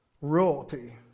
Royalty